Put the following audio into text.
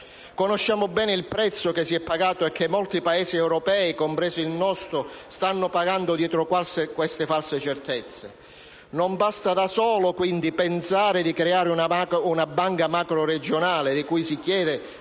Conosciamo bene il prezzo che si è pagato e che molti Paesi europei - compreso il nostro - stanno pagando per queste false certezze. Non basterà, quindi, solo pensare di creare una banca macroregionale, della quale si chiede